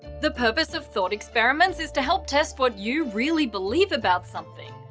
the purpose of thought experiments is to help test what you really believe about something.